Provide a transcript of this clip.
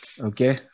Okay